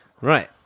Right